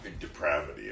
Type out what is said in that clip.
depravity